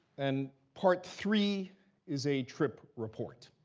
and part three is a trip report.